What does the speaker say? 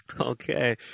Okay